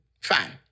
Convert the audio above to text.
Fine